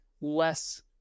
less